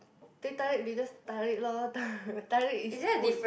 teh tarik they just tarik lor ta~ tarik is pull